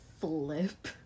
flip